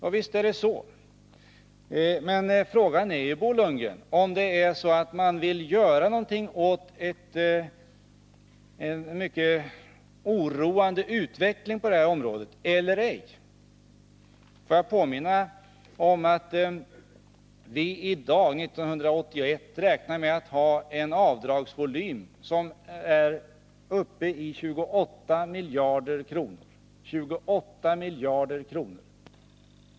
Ja, visst är det så, men frågan är ju, Bo Lundgren, om man vill göra någonting åt en mycket oroande utveckling på detta område eller ej. Får jag nu påminna om att vi i dag, 1981, räknar med att ha en avdragsvolym som är uppe i 28 miljarder kronor.